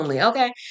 Okay